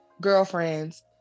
girlfriends